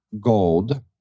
gold